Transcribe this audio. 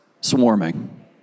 swarming